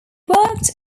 worked